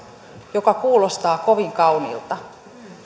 joka kuulostaa kovin kauniilta